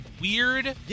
weird